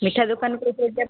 ମିଠା ଦୋକାନରୁ